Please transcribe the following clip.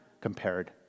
compared